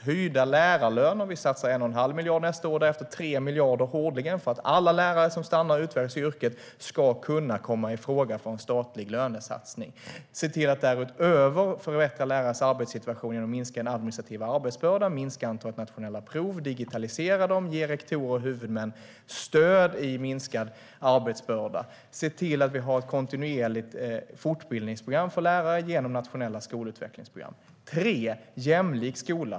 Det handlar om höjda lärarlöner - vi satsar 1,5 miljarder nästa år och därefter 3 miljarder årligen för att alla lärare som stannar och utvecklas i yrket ska kunna komma i fråga för en statlig lönesatsning. Därutöver ska vi se till att förbättra lärarnas arbetssituation genom minskad administrativ arbetsbörda, minskat antal nationella prov, digitalisering och att ge rektorer och huvudmän stöd i minskad arbetsbörda. Vi ska se till att vi har ett kontinuerligt fortbildningsprogram för lärare genom nationella skolutvecklingsprogram. Det tredje är en jämlik skola.